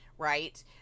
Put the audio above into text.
right